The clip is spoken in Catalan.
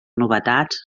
novetats